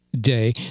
Day